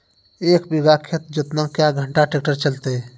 एक बीघा खेत जोतना क्या घंटा ट्रैक्टर चलते?